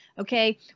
Okay